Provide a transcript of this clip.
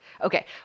Okay